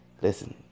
Listen